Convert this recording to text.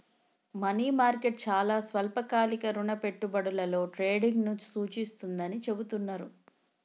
money market చాలా స్వల్పకాలిక రుణ పెట్టుబడులలో ట్రేడింగ్ను సూచిస్తుందని చెబుతున్నరు